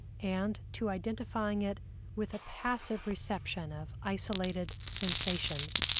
and to identifying it with a passive reception of isolated sensations.